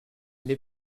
les